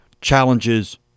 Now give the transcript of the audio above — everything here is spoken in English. challenges